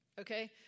okay